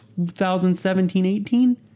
2017-18